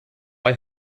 bei